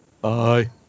Bye